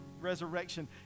resurrection